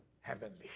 heavenly